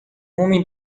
homem